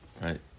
Right